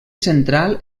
central